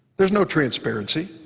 there's no transparency.